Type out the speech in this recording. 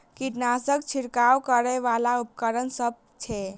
कीटनासक छिरकाब करै वला केँ उपकरण सब छै?